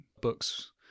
books